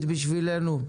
בבקשה.